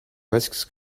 risks